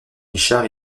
guichard